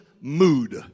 mood